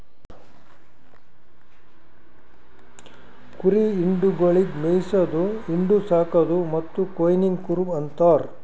ಕುರಿ ಹಿಂಡುಗೊಳಿಗ್ ಮೇಯಿಸದು, ಹಿಂಡು, ಸಾಕದು ಮತ್ತ್ ಕಾಯೋನಿಗ್ ಕುರುಬ ಅಂತಾರ